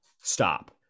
stop